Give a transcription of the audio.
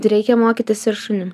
reikia mokytis ir šunim